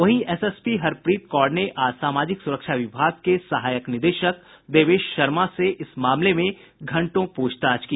वहीं एसएसपी हरप्रीत कौर ने आज सामाजिक सुरक्षा विभाग के सहायक निदेशक देवेश शर्मा से इस मामले में घंटों प्रछताछ की